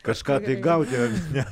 kažką gauti ne